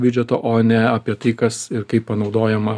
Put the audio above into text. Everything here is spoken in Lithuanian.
biudžeto o ne apie tai kas ir kaip panaudojama